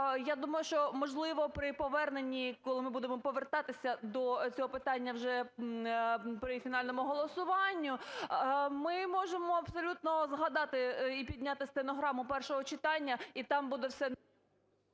я думаю, що, можливо, при поверненні, коли ми будемо повертатися до цього питання вже при фінальному голосуванні, ми можемо абсолютно згадати і підняти стенограму першого читання, і там буде все...